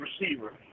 receiver